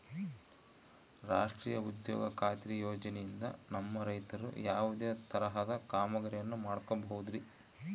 ರಾಷ್ಟ್ರೇಯ ಉದ್ಯೋಗ ಖಾತ್ರಿ ಯೋಜನೆಯಿಂದ ನಮ್ಮ ರೈತರು ಯಾವುದೇ ತರಹದ ಕಾಮಗಾರಿಯನ್ನು ಮಾಡ್ಕೋಬಹುದ್ರಿ?